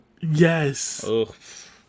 yes